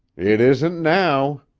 it isn't now,